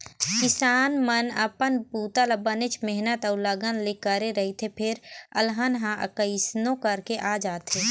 किसान मन अपन बूता ल बनेच मेहनत अउ लगन ले करे रहिथे फेर अलहन ह कइसनो करके आ जाथे